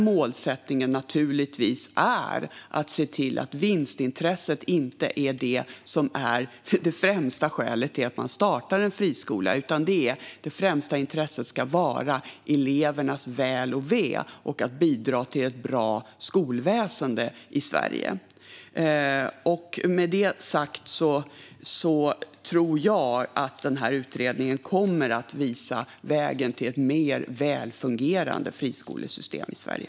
Målsättningen är naturligtvis att se till att vinstintresset inte är det främsta skälet att starta en friskola, utan det främsta intresset ska vara elevernas väl och ve och att bidra till ett bra skolväsen i Sverige. Med detta sagt tror jag att den här utredningen kommer att visa vägen mot ett mer välfungerande friskolesystem i Sverige.